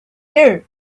knew